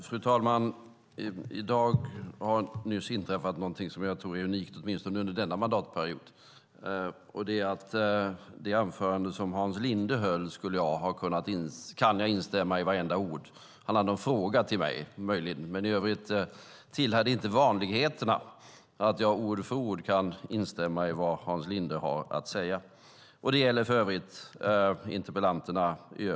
Fru talman! I dag har det inträffat något som jag tror är unikt, åtminstone under denna mandatperiod, nämligen att jag kan instämma i vartenda ord i det inlägg som Hans Linde gjorde. Han hade någon fråga till mig, men annars tillhör det inte vanligheterna att jag ord för ord kan instämma i vad Hans Linde har att säga. Det gäller även de övriga interpellanterna.